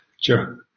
sure